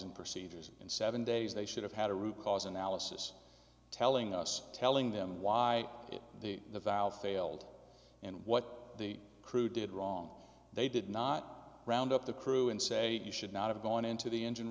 and procedures in seven days they should have had a root cause analysis telling us telling them why the the valve failed and what the crew did wrong they did not round up the crew and say you should not have gone into the engine